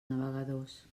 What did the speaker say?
navegadors